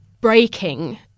Breaking